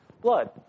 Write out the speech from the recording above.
Blood